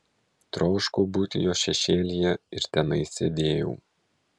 troškau būti jo šešėlyje ir tenai sėdėjau